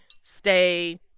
stay